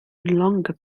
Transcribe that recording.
longer